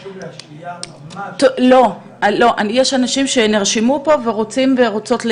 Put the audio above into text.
יש אנשים שנרשמו פה ורוצים ורוצות את